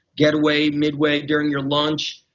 get away mid way during your lunch.